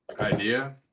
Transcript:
idea